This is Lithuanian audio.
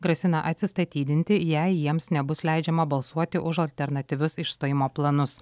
grasina atsistatydinti jei jiems nebus leidžiama balsuoti už alternatyvius išstojimo planus